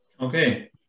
Okay